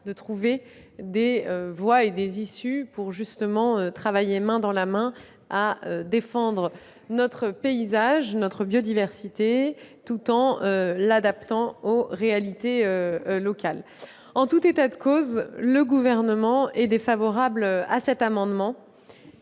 trouver des voies et des issues pour travailler main dans la main à défendre notre paysage, notre biodiversité, tout en adaptant la législation aux réalités locales. En tout état de cause, le Gouvernement est défavorable à cet amendement,